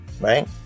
right